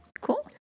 Cool